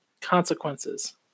consequences